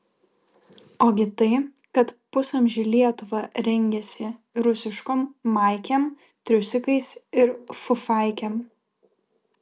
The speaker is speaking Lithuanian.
ogi tai kad pusamžį lietuva rengėsi rusiškom maikėm triusikais ir fufaikėm